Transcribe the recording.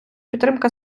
підтримка